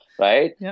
right